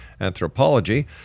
Anthropology